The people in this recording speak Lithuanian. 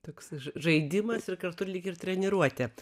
toks žaidimas ir kartu lyg ir treniruotė